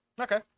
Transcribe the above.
okay